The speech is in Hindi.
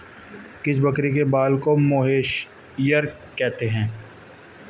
किस बकरी के बाल को मोहेयर कहते हैं?